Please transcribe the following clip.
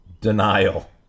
denial